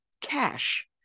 cash